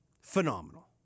phenomenal